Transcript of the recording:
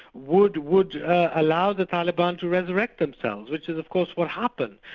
would would allow the taliban to resurrect themselves, which is of course what happened.